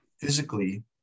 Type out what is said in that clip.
physically